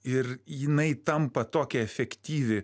ir jinai tampa tokia efektyvi